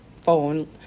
phone